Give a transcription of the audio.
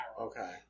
Okay